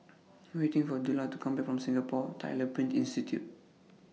I Am waiting For Dillard to Come Back from Singapore Tyler Print Institute